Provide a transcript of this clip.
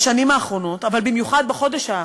בשנים האחרונות, אבל במיוחד בחודש האחרון,